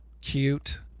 cute